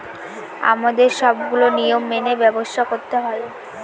আমাদের সবগুলো নিয়ম মেনে ব্যবসা করতে হয়